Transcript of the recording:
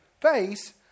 face